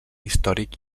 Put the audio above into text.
històric